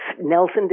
Nelson